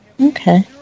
Okay